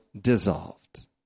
dissolved